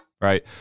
right